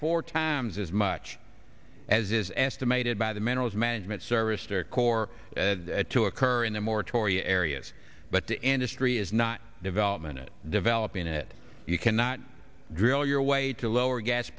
four times as much as is estimated by the minerals management service or core to occur in the moratoria areas but the industry is not development developing it you cannot drill your way to lower gas